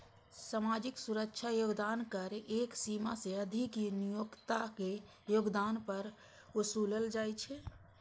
सामाजिक सुरक्षा योगदान कर एक सीमा सं अधिक नियोक्ताक योगदान पर ओसूलल जाइ छै